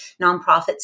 nonprofits